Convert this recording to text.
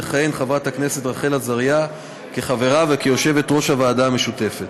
תכהן חברת הכנסת רחל עזריה כחברה וכיושבת-ראש הוועדה המשותפת.